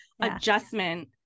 adjustment